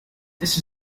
this